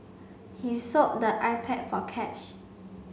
he sold the iPad for cash